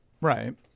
Right